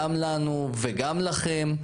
גם לנו וגם לכם.